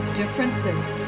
differences